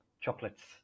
chocolates